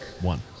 One